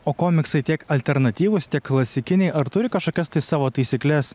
o komiksai tiek alternatyvūs tiek klasikiniai ar turi kažkokias savo taisykles